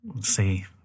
see